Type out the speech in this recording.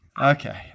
Okay